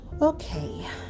okay